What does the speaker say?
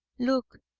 look,